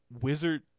wizard